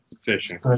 Fishing